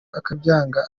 akabyanga